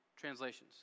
translations